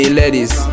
ladies